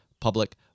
public